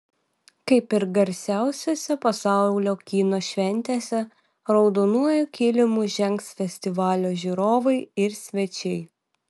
kaip ir garsiausiose pasaulio kino šventėse raudonuoju kilimu žengs festivalio žiūrovai ir svečiai